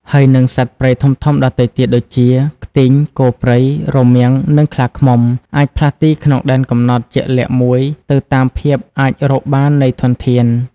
ហើយនិង សត្វព្រៃធំៗដទៃទៀត ដូចជា ខ្ទីង គោព្រៃ រមាំង និងខ្លាឃ្មុំ អាចផ្លាស់ទីក្នុងដែនកំណត់ជាក់លាក់មួយទៅតាមភាពអាចរកបាននៃធនធាន។